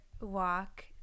walk